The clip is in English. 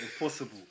Impossible